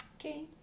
Okay